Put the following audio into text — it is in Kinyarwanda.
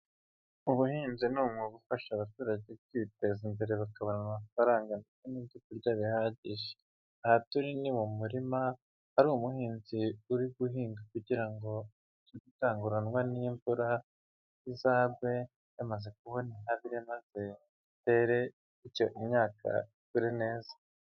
Ubuhinzi ni umwuga ufasha abaturage kwiteza imbere, bakabona amafaranga n'ibyokurya bihagije. Aha turi ni mu murima hari umuhinzi uri guhinga kugira ngo gutanguranwa n'imvura, izagwe yamaze kubona ntabire maze atere bityo imyaka ikure neza.